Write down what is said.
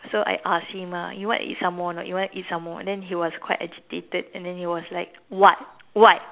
so I asked him ah you want eat some more or not you want eat some more then he was quite agitated and then he was like what what